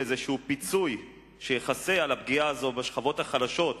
איזשהו פיצוי שיכסה על הפגיעה הזאת בשכבות החלשות,